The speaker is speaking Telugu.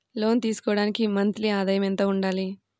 లోను తీసుకోవడానికి మంత్లీ ఆదాయము ఎంత ఉండాలి?